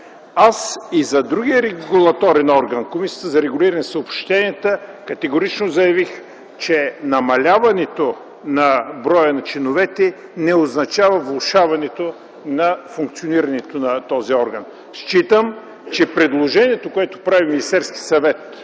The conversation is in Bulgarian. Аз и за другия регулаторен орган – Комисията за регулиране на съобщенията, категорично заявих, че намаляването на броя на членовете не означава влошаването на функционирането на този орган. Считам, че предложението, което прави Министерският съвет,